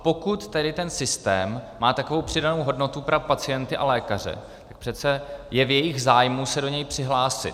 Pokud tedy ten systém má takovou přidanou hodnotu pro pacienty a lékaře, přece je v jejich zájmu se do něj přihlásit.